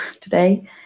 today